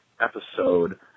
episode